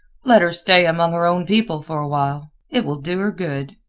let her stay among her own people for a while it will do her good.